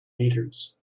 meters